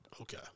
Okay